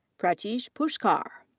pratish pushkar.